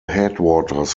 headwaters